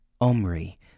Omri